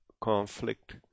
conflict